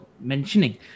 mentioning